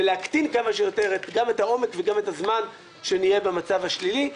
ולהקטין כמה שיותר גם את העומק וגם את הזמן שנהיה במצב השלילי.